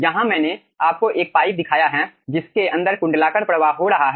यहाँ मैंने आपको एक पाइप दिखाया है जिसके अंदर कुंडलाकार प्रवाह हो रहा है